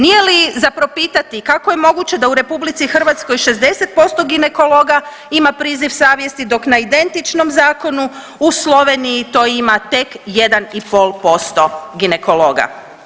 Nije li za propitati kako je moguće da u RH 60% ginekologa ima priziv savjesti dok na identičnom zakonu u Sloveniji to ima tek 1,5% ginekologa.